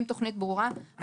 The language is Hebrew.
עם תוכנית ברורה,